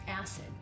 acid